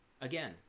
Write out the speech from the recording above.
Again